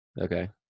Okay